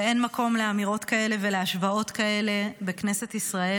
ואין מקום לאמירות כאלה ולהשוואות כאלה בכנסת ישראל.